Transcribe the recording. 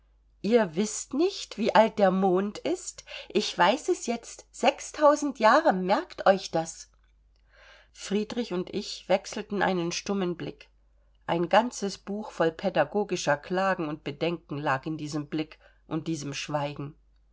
ihr wißt nicht wie alt der mond ist ich weiß es jetzt sechs tausend jahre merkt euch das friedrich und ich wechselten einen stummen blick ein ganzes buch voll pädagogischer klagen und bedenken lag in diesem blick und diesem schweigen